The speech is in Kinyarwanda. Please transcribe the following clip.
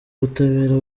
ubutabera